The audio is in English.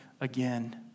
again